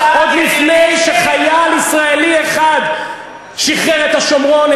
עוד לפני שחייל ישראלי אחד שחרר את השומרון,